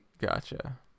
Gotcha